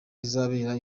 rizabera